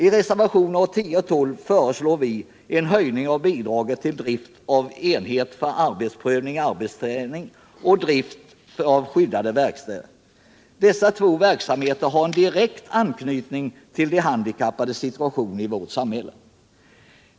I reservationerna 10 och 12 föreslår vi en höjning av bidragen till drift av enheten för arbetsprövning/arbetsträning och drift av skyddade verkstäder. Dessa två verksamheter har en direkt anknytning till de handikappades situation i vårt samhälle.